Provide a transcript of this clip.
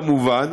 כמובן,